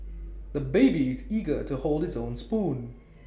the baby is eager to hold his own spoon